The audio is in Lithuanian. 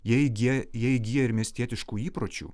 jie įgyja jie įgyja ir miestietiškų įpročių